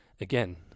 again